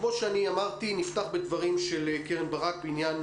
כמו אמרתי נפתח בדברים של קרן ברק בעניין